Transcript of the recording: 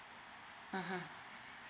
mmhmm